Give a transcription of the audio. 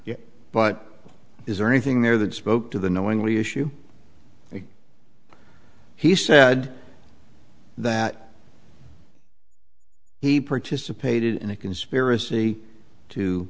but is there anything there that spoke to the knowingly issue he said that he participated in a conspiracy to